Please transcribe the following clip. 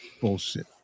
bullshit